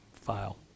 file